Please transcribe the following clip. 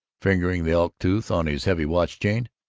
fingering the elk-tooth on his heavy watch-chain,